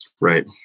Right